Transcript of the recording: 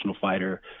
fighter